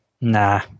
Nah